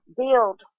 build